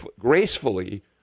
gracefully